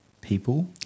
people